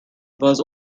was